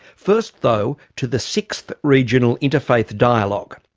first though to the sixth regional interfaith dialogue.